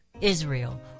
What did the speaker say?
Israel